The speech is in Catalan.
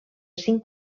cinc